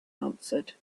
answered